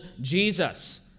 Jesus